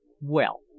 Well